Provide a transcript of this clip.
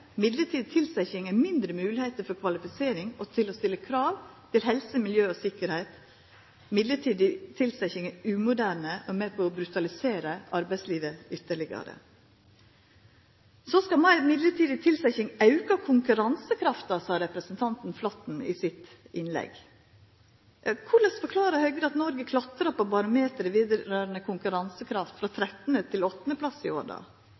tilsetjing gir mindre moglegheiter for kvalifisering og til å stilla krav til helse, miljø og sikkerheit. Mellombels tilsetjing er umoderne og er med på å brutalisera arbeidslivet ytterlegare. Så skal meir mellombels tilsetjing auka konkurransekrafta, sa representanten Flåtten i sitt innlegg. Korleis forklarar då Høgre at Noreg klatrar på barometeret vedrørande konkurransekraft, frå 13. til 8. plass i